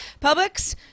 Publix